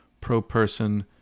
pro-person